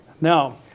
now